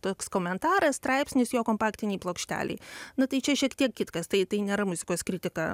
toks komentaras straipsnis jo kompaktinei plokštelei nu tai čia šiek tiek kitkas tai tai nėra muzikos kritika